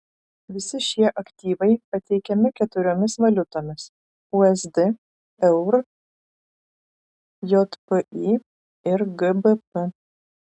visi šie aktyvai pateikiami keturiomis valiutomis usd eur jpy ir gbp